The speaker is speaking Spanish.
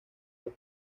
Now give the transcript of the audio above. los